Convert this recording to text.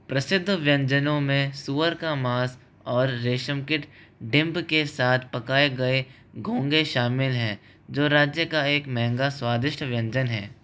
प्रसिद्ध व्यंजनों में सूअर का मांस और रेशमकिट डिंभ के साथ पकाए गए घोंघे शामिल हैं जो राज्य का एक महंगा स्वादिष्ट व्यंजन है